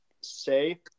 say